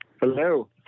Hello